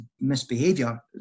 misbehavior